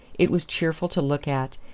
it was cheerful to look at,